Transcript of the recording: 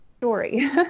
story